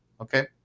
okay